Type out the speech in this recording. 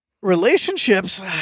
Relationships